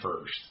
first